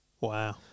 Wow